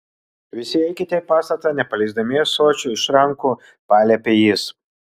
visi eikite į pastatą nepaleisdami ąsočių iš rankų paliepė jis